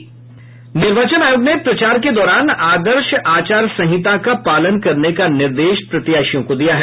निर्वाचन आयोग ने प्रचार के दौरान आदर्श आचार संहिता का पालन करने का निर्देश प्रत्याशियों को दिया है